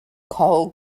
cool